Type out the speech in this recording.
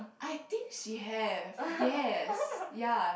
I think she have yes ya